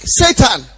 satan